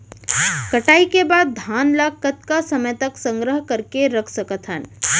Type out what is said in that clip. कटाई के बाद धान ला कतका समय तक संग्रह करके रख सकथन?